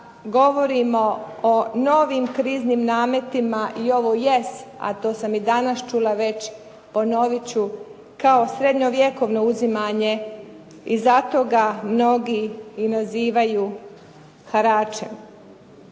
govorimo o novim kriznim nametima i ovo jest a to sam i danas čula već, ponovit ću, kao srednjovjekovno uzimanje i zato ga mnogi i nazivaju haračem.